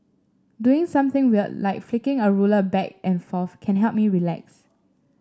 doing something weird like flicking a ruler back and forth can help me relax